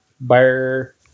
bear